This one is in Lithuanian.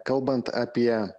kalbant apie